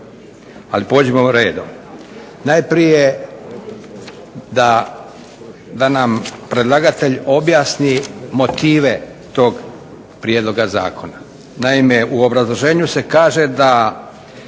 Ali pođimo redom. Najprije da nam predlagatelj objasni motive tog prijedloga zakona. Naime u obrazloženju se kaže da